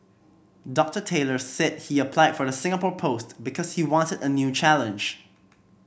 Doctor Taylor said he applied for the Singapore post because he wanted a new challenge